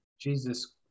Jesus